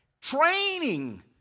Training